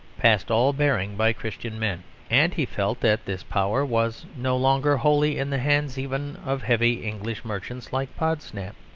past all bearing by christian men and he felt that this power was no longer wholly in the hands even of heavy english merchants like podsnap.